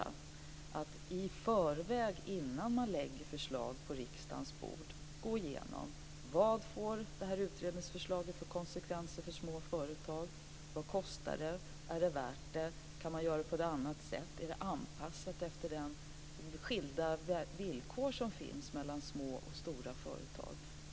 Det handlar om att i förväg innan förslag läggs på riksdagens bord gå igenom: Vilka konsekvenser får utredningsförslaget för små företag? Vad kostar det? Är det värt det? Kan man göra det på ett annat sätt? Är det anpassat efter de skilda villkor som finns mellan små och stora företag?